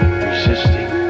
resisting